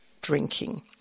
drinking